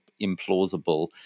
implausible